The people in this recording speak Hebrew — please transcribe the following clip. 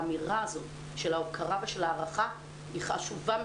האמירה הזאת של ההוקרה ושל הערכה היא חשובה מאוד.